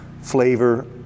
flavor